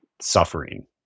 suffering